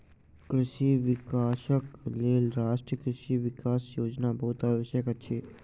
कृषि विकासक लेल राष्ट्रीय कृषि विकास योजना बहुत आवश्यक अछि